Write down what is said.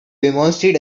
demonstrate